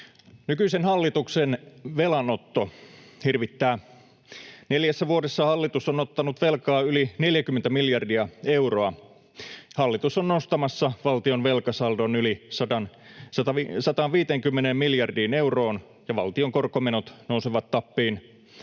Nykyisen hallituksen velanotto hirvittää. Neljässä vuodessa hallitus on ottanut velkaa yli 40 miljardia euroa. Hallitus on nostamassa valtion velkasaldon yli 150 miljardiin euroon, ja valtion korkomenot nousevat tappiin.